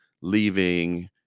leaving